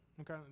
okay